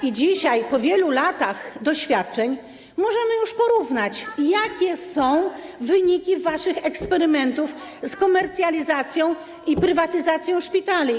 I dzisiaj po wielu latach doświadczeń możemy już porównać, jakie są wyniki waszych eksperymentów z komercjalizacją i prywatyzacją szpitali.